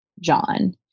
John